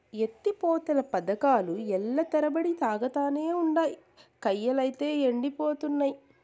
ఎత్తి పోతల పదకాలు ఏల్ల తరబడి సాగతానే ఉండాయి, కయ్యలైతే యెండిపోతున్నయి